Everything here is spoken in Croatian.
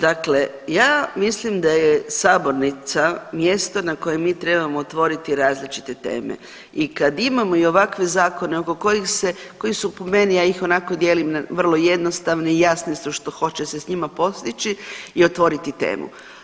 Dakle ja mislim da je sabornica mjesto na kojem mi trebamo otvoriti različite teme i kad imamo i ovakve zakone oko kojih se, koji su po meni, ja ih onako dijelim na vrlo jednostavne i jasne su što hoće se s njima postići i otvoriti temu.